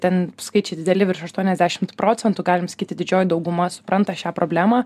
ten skaičiai dideli virš aštuoniasdešimt procentų galim sakyti didžioji dauguma supranta šią problemą